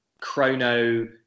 chrono